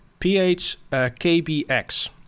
PHKBX